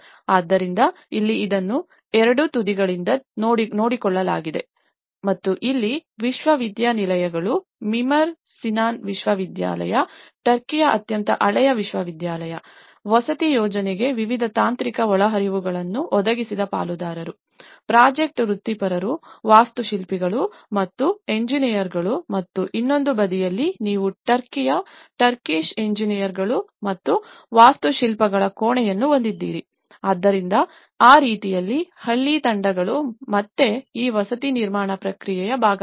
ಆದ್ದರಿಂದ ಇಲ್ಲಿ ಇದನ್ನು ಎರಡೂ ತುದಿಗಳಿಂದ ನೋಡಲಾಗುತ್ತದೆ ಮತ್ತು ಇಲ್ಲಿ ವಿಶ್ವವಿದ್ಯಾನಿಲಯಗಳು ಮಿಮರ್ ಸಿನಾನ್ ವಿಶ್ವವಿದ್ಯಾಲಯ ಟರ್ಕಿಯ ಅತ್ಯಂತ ಹಳೆಯ ವಿಶ್ವವಿದ್ಯಾಲಯ ವಸತಿ ಯೋಜನೆಗೆ ವಿವಿಧ ತಾಂತ್ರಿಕ ಒಳಹರಿವುಗಳನ್ನು ಒದಗಿಸಿದ ಪಾಲುದಾರರು ಪ್ರಾಜೆಕ್ಟ್ ವೃತ್ತಿಪರರು ವಾಸ್ತುಶಿಲ್ಪಿಗಳು ಮತ್ತು ಎಂಜಿನಿಯರ್ಗಳು ಮತ್ತು ಇನ್ನೊಂದು ಬದಿಯಲ್ಲಿ ನೀವು ಟರ್ಕಿಶ್ ಎಂಜಿನಿಯರ್ಗಳು ಮತ್ತು ವಾಸ್ತುಶಿಲ್ಪಿಗಳ ಕೋಣೆಯನ್ನು ಹೊಂದಿದ್ದೀರಿ ಆದ್ದರಿಂದ ಆ ರೀತಿಯಲ್ಲಿ ಹಳ್ಳಿ ತಂಡಗಳು ಮತ್ತೆ ಈ ವಸತಿ ನಿರ್ಮಾಣ ಪ್ರಕ್ರಿಯೆಯ ಭಾಗವಾಗಿವೆ